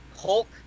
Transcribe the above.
Hulk